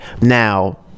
Now